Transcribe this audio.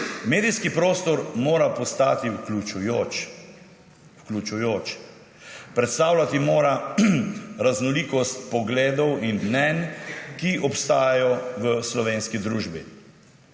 Medijski prostor mora postati vključujoč. Predstavljati mora raznolikost pogledov in mnenj, ki obstajajo v slovenski družbi.